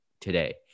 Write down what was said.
today